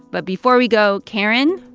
but before we go, karen,